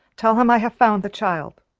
tell him i have found the child!